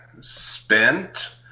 spent